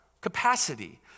capacity